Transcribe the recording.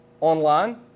online